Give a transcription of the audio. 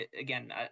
again